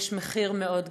יש מחיר מאוד גדול,